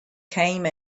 came